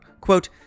Quote